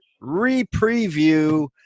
re-preview